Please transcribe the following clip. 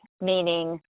meaning